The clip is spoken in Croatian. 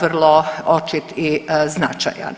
vrlo očit i značajan.